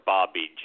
Bobby